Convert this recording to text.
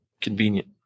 convenient